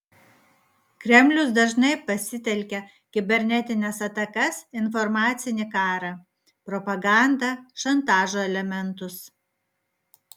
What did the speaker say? kremlius dažniai pasitelkia kibernetines atakas informacinį karą propagandą šantažo elementus